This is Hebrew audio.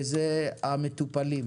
וזה המטופלים,